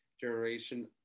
generation